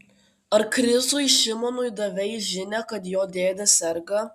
ar krizui šimoniui davei žinią kad jo dėdė serga